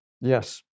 Yes